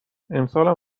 امسالم